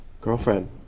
girlfriend